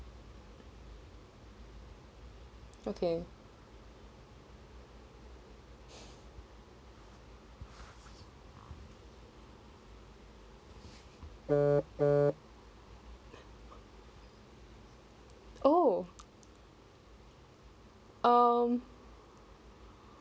okay oh um